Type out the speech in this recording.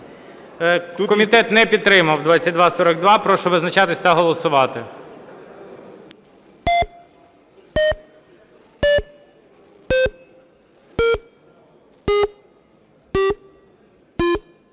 Комітет не підтримав 2242. Прошу визначатися та голосувати.